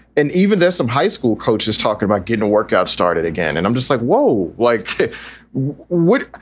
and even there's some high school coaches talking about getting a workout started again. and i'm just like, whoa. like what?